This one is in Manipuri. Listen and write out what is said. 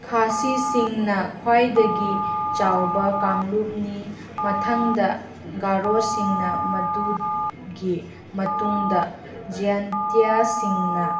ꯈꯥꯁꯤꯁꯤꯡꯅ ꯈ꯭ꯋꯥꯏꯗꯒꯤ ꯆꯥꯎꯕ ꯀꯥꯡꯂꯨꯞꯅꯤ ꯃꯊꯪꯗ ꯒꯔꯣꯁꯤꯡꯅ ꯃꯗꯨꯒꯤ ꯃꯇꯨꯡꯗ ꯖꯥꯏꯟꯇꯤꯌꯥꯁꯤꯡꯅ